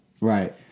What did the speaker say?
right